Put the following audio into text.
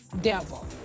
devil